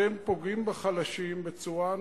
אתם פוגעים בחלשים בצורה אנושה,